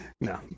No